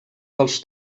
dels